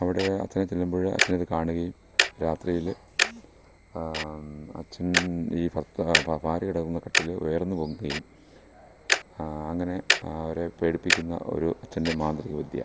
അവിടെ അച്ഛൻ ചെല്ലുമ്പോൾ അച്ഛൻ അത് കാണുകയും രാത്രിയിൽ അച്ഛൻ ഈ ഭർത്താവ് ഭാര്യ കിടക്കുന്ന കട്ടിൽ ഉയർന്നു പൊങ്ങുകയും അങ്ങനെ അവരെ പേടിപ്പിക്കുന്ന ഒരു അച്ഛൻ്റെ മാന്ത്രിക വിദ്യ